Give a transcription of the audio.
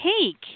cake